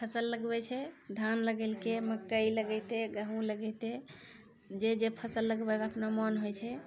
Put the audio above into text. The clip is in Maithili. फसल लगबै छै धान लगेलकै मक्कइ लगैते गेहूँम लगैते जे जे फसल लगबैके अपना मोन होइ छै